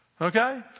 Okay